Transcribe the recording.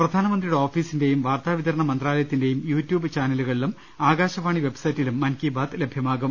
പ്രധാനമന്ത്രിയുടെ ഓഫീസിന്റെയും വാർത്താവിതരണ മന്ത്രാ ലയത്തിന്റെയും യു ട്യൂബ് ചാനലുകളിലും ആകാശവാണി വെബ്സൈറ്റിലും മൻ കി ബാത്ത് ലഭ്യമാകും